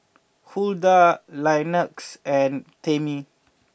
Huldah Linus and Tammie